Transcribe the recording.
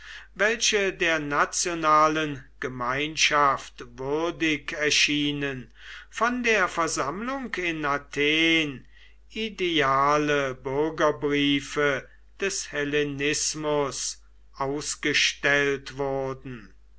welche der nationalen gemeinschaft würdig erschienen von der versammlung in athen ideale bürgerbriefe des hellenismus ausgestellt wurden